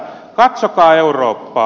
katsokaa eurooppaa